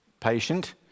patient